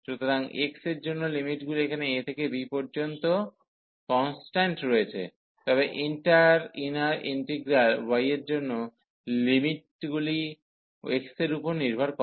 সুতরাং x এর জন্য লিমিটগুলি এখানে a থেকে b পর্যন্ত কন্সট্যান্ট রয়েছে তবে ইন্টার ইনার ইন্টিগ্রাল y এর জন্য লিমিটগুলি x এর উপর নির্ভর করে